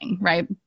Right